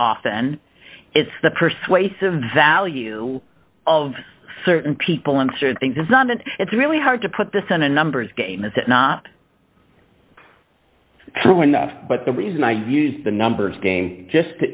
often it's the persuasive value of certain people and certain things it's not and it's really hard to put this in a numbers game is it not true enough but the reason i use the numbers game just to